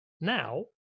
Now